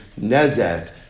nezek